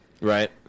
Right